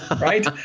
Right